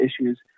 issues